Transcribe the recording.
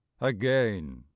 Again